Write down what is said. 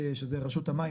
שזה רשות המים,